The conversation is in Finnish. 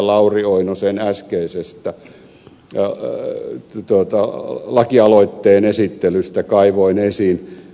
lauri oinosen äskeisestä lakialoitteen esittelystä kaivoin esiin